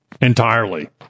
entirely